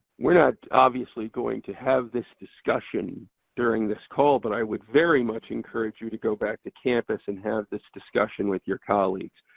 we're not obviously going to have this discussion during this call, but i would very much encourage you to go back to campus and have this discussion with your colleagues.